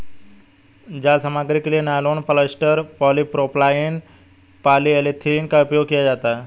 जाल सामग्री के लिए नायलॉन, पॉलिएस्टर, पॉलीप्रोपाइलीन, पॉलीएथिलीन का उपयोग किया जाता है